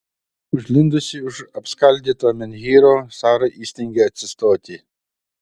užlindusi už apskaldyto menhyro sara įstengė atsistoti